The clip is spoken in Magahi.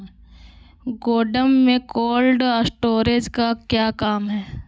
गोडम में कोल्ड स्टोरेज का क्या काम है?